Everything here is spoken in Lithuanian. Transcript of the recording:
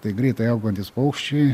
negi tai greitai augantys paukščiai